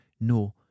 No